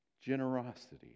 generosity